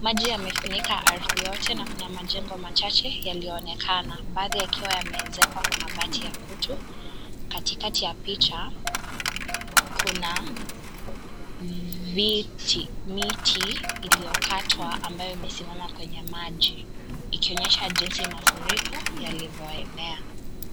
Maji yamefunika ardhi yote na kuna majengo machache yaliyoonekana. Baadhi yakiwa yamezeekwa mabati ya kutu, katikati ya picha kuna viti, miti iliyokatwa ambayo imesimama kwenye maji ikionyesha jinsi mafurika yalivoenea.